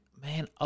man